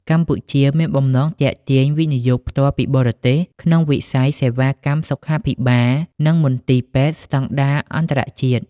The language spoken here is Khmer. កម្ពុជាមានបំណងទាក់ទាញ វិនិយោគផ្ទាល់ពីបរទេស ក្នុងវិស័យសេវាកម្មសុខាភិបាល និងមន្ទីរពេទ្យស្ដង់ដារអន្តរជាតិ។